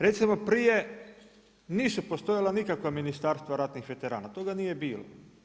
Recimo prije nisu postojala nikakva ministarstva ratnih veterana, toga nije bilo.